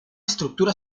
estructura